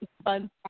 Fun